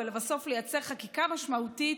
ולבסוף לייצר חקיקה משמעותית